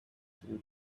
two